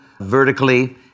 vertically